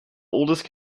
oldest